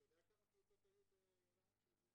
--- השאלה כמה קבוצות היו ברהט של בני נוער.